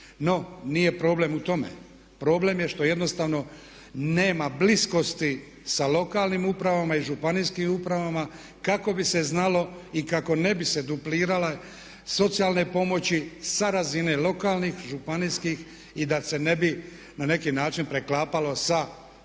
No nije problem u tome. Problem je što jednostavno nema bliskosti sa lokalnim upravama i županijskim upravama kako bi se znalo i kako ne bi se duplirale socijalne pomoći sa razine lokalnih, županijskih i da se ne bi na neki način preklapalo sa pomoćima